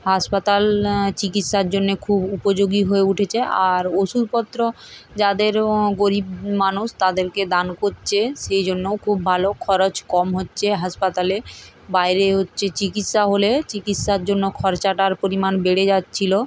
হাসপাতাল চিকিৎসার জন্যে খুব উপযোগী হয়ে উঠেছে আর ওষুধপত্র যাদের গরিব মানুষ তাদেরকে দান করছে সেই জন্যও খুব ভালো খরচ কম হচ্ছে হাসপাতালে বাইরে হচ্ছে চিকিৎসা হলে চিকিৎসার জন্য খরচাটার পরিমাণ বেড়ে যাচ্ছিল